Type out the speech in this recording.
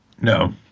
no